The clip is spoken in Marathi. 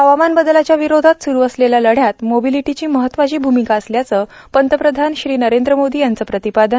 हवामान बदलाच्या विरोधात सुरू असलेल्या लढ्यात मोबिलिटीची महत्वाची भूमिका असल्याचं पंतप्रधान श्री नरेंद्र मोदी यांचं प्रतिपादन